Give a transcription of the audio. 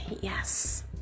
yes